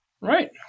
Right